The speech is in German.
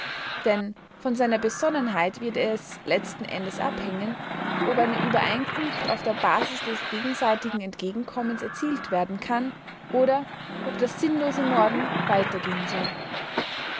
denn von seiner besonnenheit wird es letzten endes abhängen ob eine übereinkunft auf der basis des gegenseitigen entgegenkommens erzielt werden kann oder ob das sinnlose morden weitergehen soll